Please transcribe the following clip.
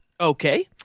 Okay